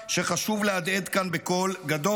שחשוב להדהד כאן בקול גדול.